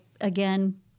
again